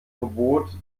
verbot